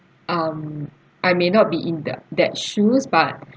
um I may not be in the that shoes but